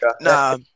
Nah